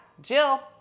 Jill